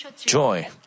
joy